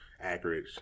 accurate